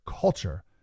Culture